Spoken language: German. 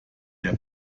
der